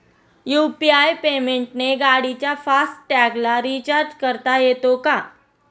UPI पेमेंटने गाडीच्या fast टॅगला रिर्चाज करता येते का?